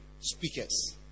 Speakers